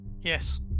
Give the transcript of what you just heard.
Yes